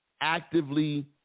actively